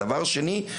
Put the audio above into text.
דבר שני,